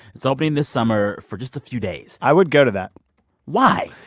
it's opening this summer for just a few days i would go to that why?